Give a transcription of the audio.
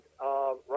right